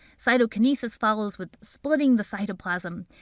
cytokinesis follows with splitting the cytoplasm.